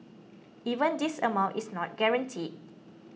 even this amount is not guaranteed